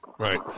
Right